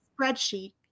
spreadsheet